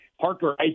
Parker